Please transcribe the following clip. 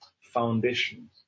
Foundations